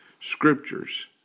scriptures